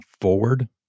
forward